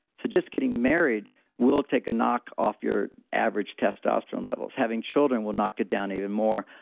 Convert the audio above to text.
so, just getting married will take a knock off your average testosterone levels. having children will knock it down even more.